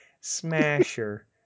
Smasher